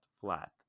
flat